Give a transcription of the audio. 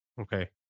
Okay